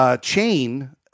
Chain